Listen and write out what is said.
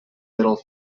little